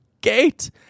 gate